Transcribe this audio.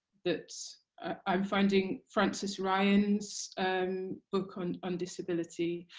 that i'm finding francis ryan's book on on disability